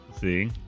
See